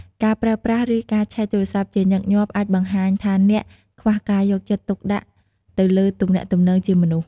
ការប្រើប្រាស់ ឬការឆែកទូរស័ព្ទជាញឹកញាប់អាចបង្ហាញថាអ្នក ខ្វះការយកចិត្តទុកដាក់ទៅលើទំនាក់ទំនងជាមនុស្ស។